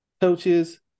coaches